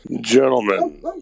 Gentlemen